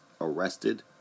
arrested